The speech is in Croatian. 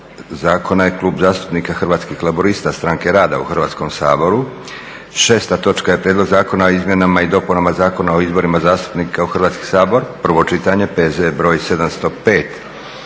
Klub zastupnika Hrvatskih laburista – Stranke rada; 6. Prijedlog zakona o izmjenama i dopunama Zakona o izborima zastupnika u Hrvatski sabor, prvo čitanje, P.Z. br. 705.